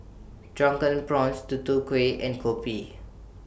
Drunken Prawns Tutu Kueh and Kopi